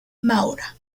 maura